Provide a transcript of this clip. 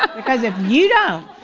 because if you don't,